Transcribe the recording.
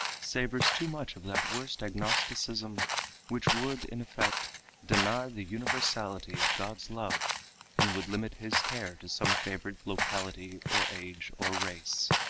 savors too much of that worst agnosticism which would in effect deny the universality of god's love and would limit his care to some favored locality or age or race.